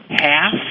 half